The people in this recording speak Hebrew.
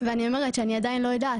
ואני אומרת שאני עדיין לא יודעת,